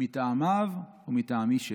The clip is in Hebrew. מטעמיו ומטעמי שלי'.